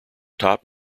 top